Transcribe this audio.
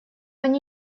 они